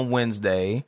Wednesday